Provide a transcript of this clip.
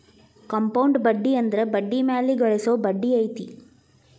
compound ಬಡ್ಡಿ ಅಂದ್ರ ಬಡ್ಡಿ ಮ್ಯಾಲೆ ಗಳಿಸೊ ಬಡ್ಡಿ ಐತಿ